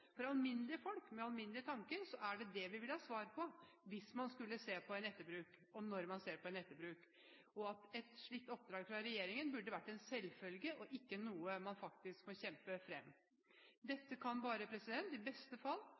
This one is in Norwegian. For alminnelige folk med alminnelige tanker er det det vi vil ha svar på hvis man skulle se på – når man ser på – en etterbruk. Et slikt oppdrag fra regjeringen burde ha vært en selvfølge og ikke noe man må kjempe fram. Dette kan bare i beste fall